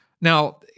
Now